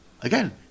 again